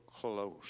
close